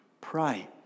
Pray